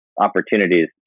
opportunities